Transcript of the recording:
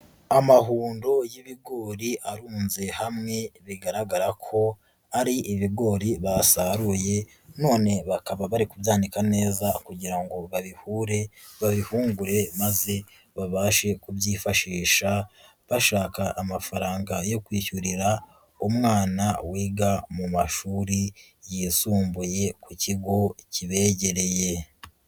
Amahundo y'ibigori arunze hamwe bigaragara ko ari ibigori basaruye none bakaba bari kubyanika neza kugira ngo babihure, babihungure maze babashe kubyifashisha bashaka amafaranga yo kwishyurira umwana wiga mu mashuri yisumbuye ku kigo kibegereye.